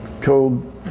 told